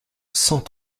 cent